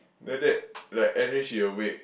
then after that like actually she awake